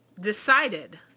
decided